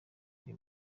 iri